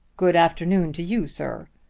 good afternoon to you, sir.